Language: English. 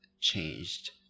changed